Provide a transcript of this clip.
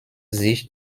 sich